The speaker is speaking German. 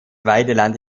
weideland